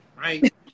right